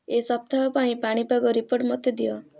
ଏ ସପ୍ତାହ ପାଇଁ ପାଣିପାଗ ରିପୋର୍ଟ ମୋତେ ଦିଅ